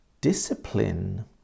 Discipline